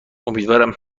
امیدوارم